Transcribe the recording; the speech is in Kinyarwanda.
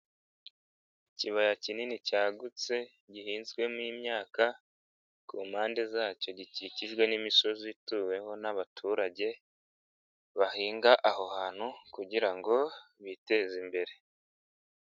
Ikibaya kinini cyagutse, gihinzwemo imyaka, ku mpande zacyo gikikijwe n'imisozi ituweho n'abaturage, bahinga aho hantu kugira ngo biteze imbere.